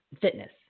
fitness